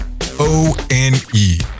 O-N-E